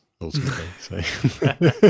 ultimately